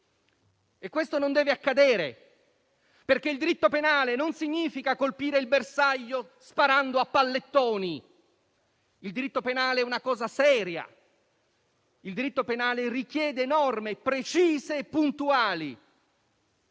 Questo non deve accadere, perché il diritto penale non serve a colpire un bersaglio sparando a pallettoni. Il diritto penale è una cosa seria, che richiede norme precise e puntuali,